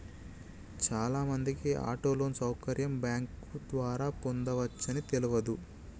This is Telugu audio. చాలామందికి ఆటో లోన్ సౌకర్యం బ్యాంకు ద్వారా పొందవచ్చని తెలవదు